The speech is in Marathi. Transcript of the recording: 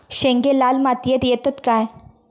शेंगे लाल मातीयेत येतत काय?